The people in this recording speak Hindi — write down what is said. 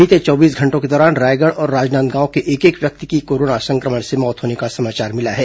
बीते चौबीस घंटों के दौरान रायगढ़ और राजनांदगांव के एक एक व्यक्ति की कोरोना सं क्र मण से मौत होने का समाचार मिला है